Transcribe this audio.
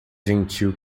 gentil